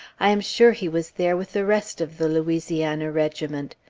i am sure he was there with the rest of the louisiana regiment.